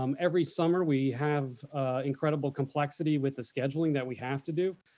um every summer, we have incredible complexity with the scheduling that we have to do,